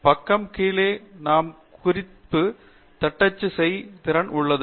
பக்கம் கீழே நாம் குறிப்பு தட்டச்சு செய்ய திறன் உள்ளது